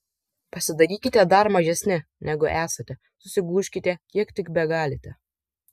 pasidarykite dar mažesni negu esate susigūžkite kiek tik begalite